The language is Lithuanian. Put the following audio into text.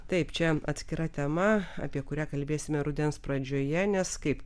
taip čia atskira tema apie kurią kalbėsime rudens pradžioje nes kaip